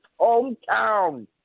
hometown